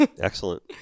excellent